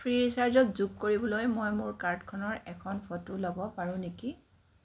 ফ্ৰীচাৰ্জত যোগ কৰিবলৈ মই মোৰ কাৰ্ডখনৰ এখন ফটো ল'ব পাৰোঁ নেকি